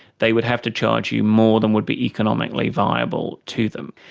they would have to charge you more than would be economically viable to them.